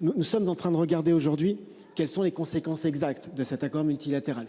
nous sommes en train de regarder aujourd'hui quelles sont les conséquences exactes de cet accord multilatéral.